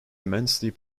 immensely